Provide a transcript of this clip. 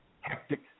hectic